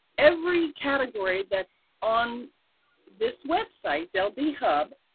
every category that's on this website, deldhub,